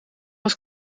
was